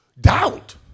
doubt